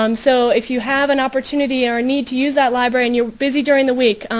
um so if you have an opportunity or need to use that library and you're busy during the week,